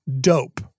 dope